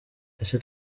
ese